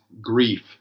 grief